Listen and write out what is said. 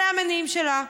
אלה המניעים שלה.